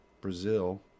Brazil